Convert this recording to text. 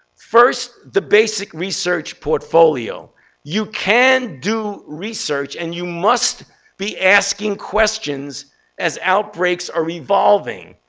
first, the basic research portfolio you can do research, and you must be asking questions as outbreaks are evolving.